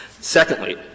Secondly